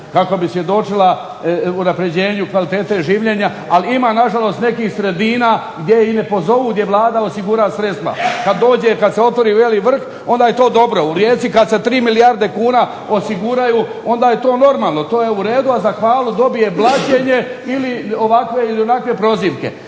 kako bi svjedočila unapređenju kvalitete življenja. Ali ima nažalost nekih sredina gdje je i ne pozovu, gdje Vlada osigura sredstva. Kad dođe kad se otvori Veli vrh onda je to dobro. U Rijeci kad se 3 milijarde kuna osiguraju onda je to normalno, to je u redu, a za hvalu dobije blaćenje ili ovakve ili onakve prozivke.